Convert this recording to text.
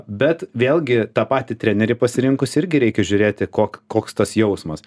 bet vėlgi tą patį trenerį pasirinkus irgi reikia žiūrėti kok koks tas jausmas